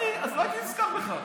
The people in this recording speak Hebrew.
אז לא הייתי נזכר בך.